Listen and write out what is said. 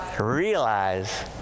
realize